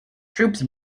troops